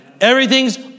Everything's